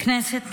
כנסת נכבדה,